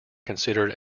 considered